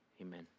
amen